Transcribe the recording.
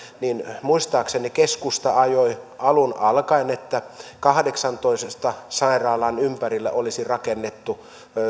niin muistaakseni keskusta ajoi alun alkaen että kahdeksantoista sairaalan ympärille olisi rakennettu